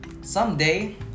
someday